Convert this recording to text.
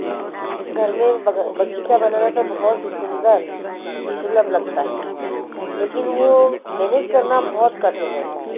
घर में बगीचा बनाना तो बहुत सुंदर सुलभ लगता है लेकिन वह मैनेज करना बहुत कठिन रहता है